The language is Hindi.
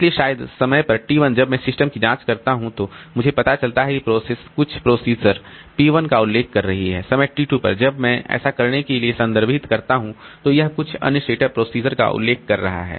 इसलिए शायद समय पर t 1 जब मैं सिस्टम की जांच करता हूं तो मुझे पता चलता है कि प्रोसेस कुछ प्रोसीजर p 1 का उल्लेख कर रही है समय t 2 पर जब मैं ऐसा करने के लिए संदर्भित करता हूं तो यह कुछ अन्य सेटअप प्रोसीजर का उल्लेख कर रहा है